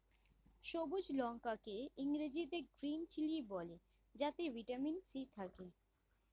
সবুজ লঙ্কা কে ইংরেজিতে গ্রীন চিলি বলে যাতে ভিটামিন সি থাকে